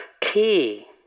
key